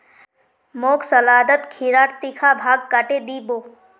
मोक सलादत खीरार तीखा भाग काटे दी बो